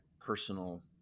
personal